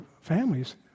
families